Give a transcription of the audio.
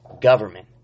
government